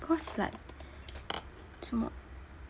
cause like 什么